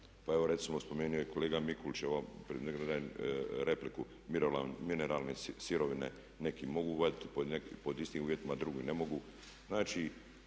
Pa evo recimo spomenuo je kolega Mikulić, …/Govornik se ne razumije./… mineralne sirovine neki mogu vaditi pod istim uvjetima, drugi ne mogu.